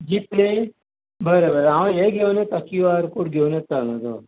जी पे बरें बरें हांव हें घेवन येता क्यू आर कॉड घेवन येता म्हजो